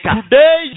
today